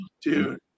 dude